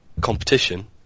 competition